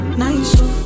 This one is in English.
nice